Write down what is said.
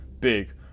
big